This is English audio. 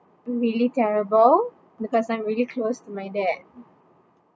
really terrible because I'm really close to my dad